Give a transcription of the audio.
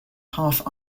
half